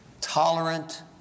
tolerant